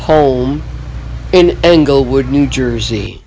hole in englewood new jersey